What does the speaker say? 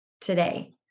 today